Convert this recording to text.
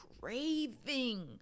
craving